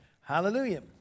Hallelujah